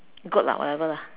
goat lah whatever lah